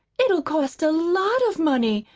it'll cost a lot of money,